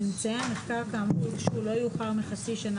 ממצאי המחקר כאמור יוגשו לא יאוחר מחצי שנה